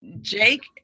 Jake